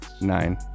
nine